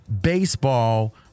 baseball